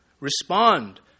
respond